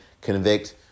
convict